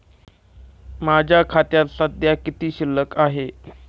माझ्या खात्यात सध्या किती शिल्लक आहे?